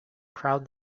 proud